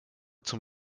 zum